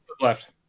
left